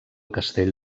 castell